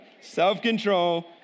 Self-control